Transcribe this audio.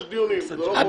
יש דיונים.